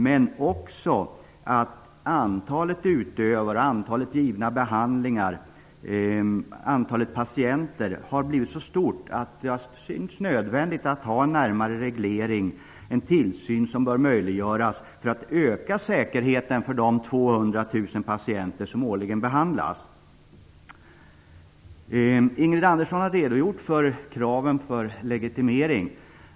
Men det har också varit att antalet utövare och antalet givna behandlingar, antalet patienter, har blivit så stort att det synts nödvändigt att ha en närmare reglering, en tillsyn som bör möjliggöras för att öka säkerheten för de 200 000 Ingrid Andersson har redogjort för kraven för legitimering.